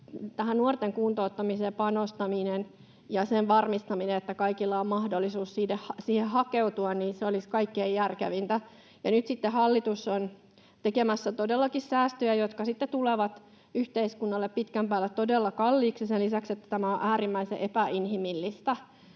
nuorten kuntouttamiseen panostaminen ja sen varmistaminen, että kaikilla on mahdollisuus siihen hakeutua, olisi kaikkein järkevintä. Nyt sitten hallitus on tekemässä todellakin säästöjä, jotka sitten tulevat yhteiskunnalle pitkän päälle todella kalliiksi sen lisäksi, että tämä on äärimmäisen epäinhimillistä.